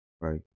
right